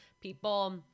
people